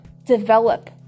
develop